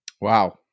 Wow